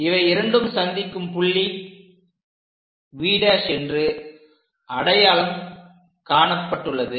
இவை இரண்டும் சந்திக்கும் புள்ளி V என்று அடையாளம் காணப்பட்டுள்ளது